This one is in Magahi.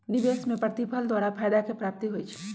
निवेश में प्रतिफल द्वारा फयदा के प्राप्ति होइ छइ